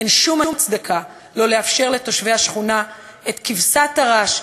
אין שום הצדקה לא לאפשר לתושבי השכונה את כבשת הרש,